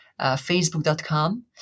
facebook.com